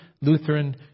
Lutheran